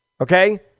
Okay